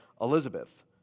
Elizabeth